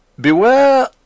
Beware